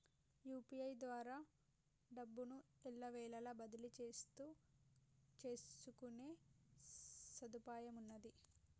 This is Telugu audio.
యూ.పీ.ఐ ద్వారా డబ్బును ఎల్లవేళలా బదిలీ చేసుకునే సదుపాయమున్నాది